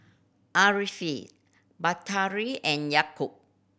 Ariff Batari and Yaakob